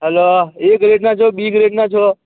hello A ગ્રેડના છો B ગ્રેડના છો